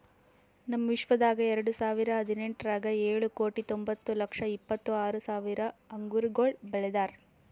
ನಮ್ ವಿಶ್ವದಾಗ್ ಎರಡು ಸಾವಿರ ಹದಿನೆಂಟರಾಗ್ ಏಳು ಕೋಟಿ ತೊಂಬತ್ತು ಲಕ್ಷ ಇಪ್ಪತ್ತು ಆರು ಸಾವಿರ ಅಂಗುರಗೊಳ್ ಬೆಳದಾರ್